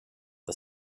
the